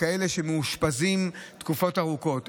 לכאלה שמאושפזים תקופות ארוכות.